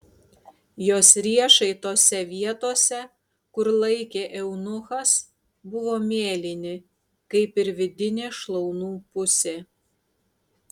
jos riešai tose vietose kur laikė eunuchas buvo mėlyni kaip ir vidinė šlaunų pusė